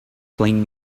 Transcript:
playing